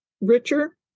richer